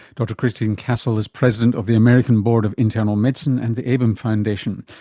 dr christine cassel is president of the american board of internal medicine and the abim foundation.